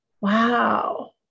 wow